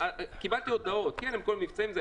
עם כל המבצעים.